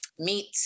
meat